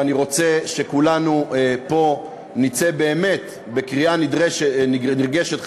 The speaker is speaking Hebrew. ואני רוצה שכולנו פה נצא באמת בקריאה נרגשת,